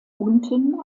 unten